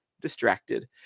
distracted